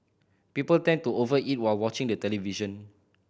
people tend to over eat while watching the television